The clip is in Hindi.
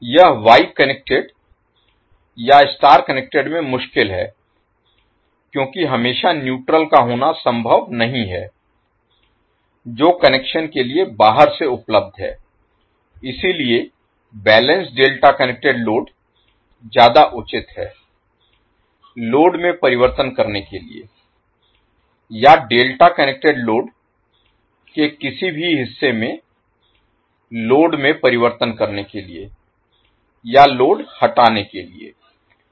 यह वाई कनेक्टेड या स्टार कनेक्टेड में मुश्किल है क्योंकि हमेशा न्यूट्रल का होना संभव नहीं है जो कनेक्शन के लिए बाहर से उपलब्ध है इसीलिए बैलेंस्ड डेल्टा कनेक्टेड लोड ज्यादा उचित है लोड में परिवर्तन करने के लिए या डेल्टा कनेक्टेड लोड के किसी भी हिस्से में लोड में परिवर्तन करने के लिए या लोड हटाने के लिए